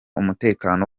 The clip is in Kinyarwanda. umutekano